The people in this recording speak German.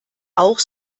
auch